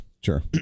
Sure